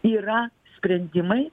yra sprendimai